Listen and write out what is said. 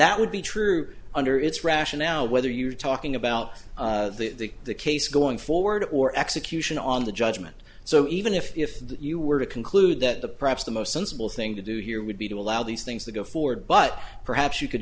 that would be true under its rationale whether you're talking about the case going forward or execution on the judgment so even if you were to conclude that the perhaps the most sensible thing to do here would be to allow these things to go forward but perhaps you could